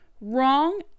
wrong